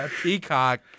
Peacock